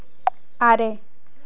ᱟᱨᱮ